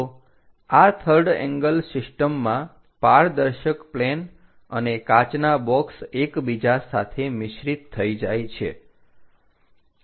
તો આ third angle સિસ્ટમમાં પારદર્શક પ્લેન અને કાચના બોક્સ એકબીજા સાથે મિશ્રિત જોડાય થઈ જાય છે